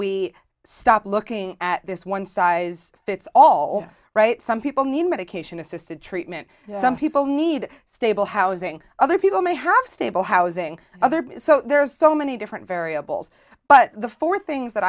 we stop looking at this one size fits all right some people need medication assisted treatment some people need stable housing other people may have stable housing other so there's so many different variables but the four things that